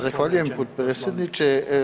Zahvaljujem potpredsjedniče.